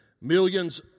Millions